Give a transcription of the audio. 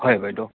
হয় বাইদেউ